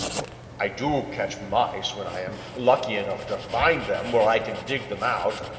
i do catch mice when i am lucky enough to find them where i can dig them out,